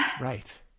Right